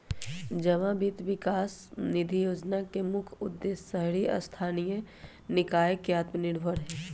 जमा वित्त विकास निधि जोजना के मुख्य उद्देश्य शहरी स्थानीय निकाय के आत्मनिर्भर हइ